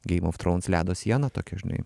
geim of trauns ledo siena tokia žinai